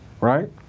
right